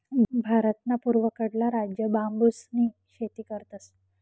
भारतना पूर्वकडला राज्य बांबूसनी शेती करतस